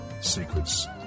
secrets